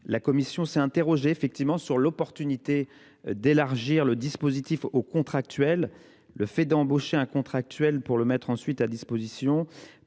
La commission s’est interrogée sur l’opportunité d’élargir le dispositif aux contractuels : le fait d’embaucher un contractuel pour le mettre ensuite à disposition